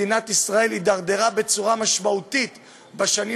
מדינת ישראל התדרדרה בצורה משמעותית בשנים